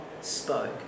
spoke